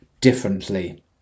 differently